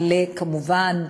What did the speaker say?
כמובן,